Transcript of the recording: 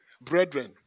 brethren